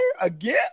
Again